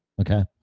Okay